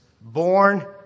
born